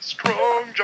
Strong